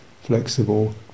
flexible